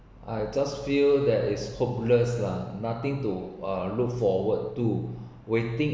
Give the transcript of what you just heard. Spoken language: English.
I just feel that is hopeless lah nothing to uh look forward to waiting